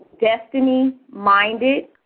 destiny-minded